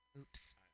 oops